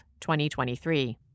2023